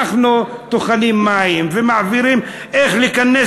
אנחנו טוחנים מים ומעבירים איך להיכנס